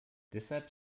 deshalb